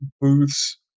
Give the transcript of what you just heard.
Booth's